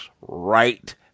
right